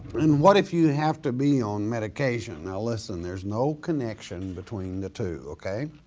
and what if you have to be on medication? now listen there's no connection between the two okay.